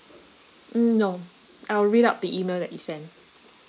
mm no I'll read up the email that you send